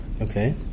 Okay